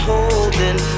Holding